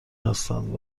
هستند